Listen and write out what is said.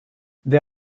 they